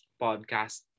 podcast